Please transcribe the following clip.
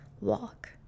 walk